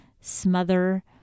smother